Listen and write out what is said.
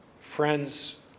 Friends